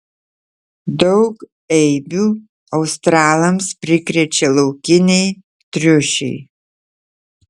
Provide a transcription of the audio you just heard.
daug eibių australams prikrečia laukiniai triušiai